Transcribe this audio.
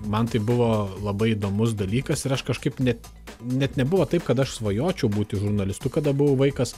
man tai buvo labai įdomus dalykas ir aš kažkaip net net nebuvo taip kad aš svajočiau būti žurnalistu kada buvau vaikas